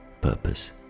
purpose